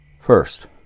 First